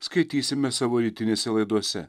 skaitysime savo rytinėse laidose